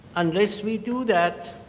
unless we do that,